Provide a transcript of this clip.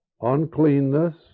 uncleanness